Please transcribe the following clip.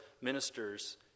ministers